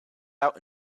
out